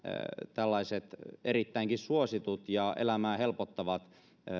tällaiset erittäinkin suositut ja elämää helpottavat